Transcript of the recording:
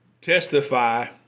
testify